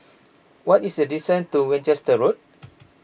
what is the distance to Winchester Road